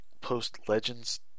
post-Legends